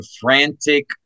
frantic